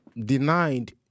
denied